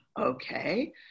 Okay